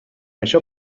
això